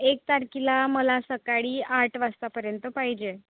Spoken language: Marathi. एक तारखेला मला सकाळी आठ वाजतापर्यंत पाहिजे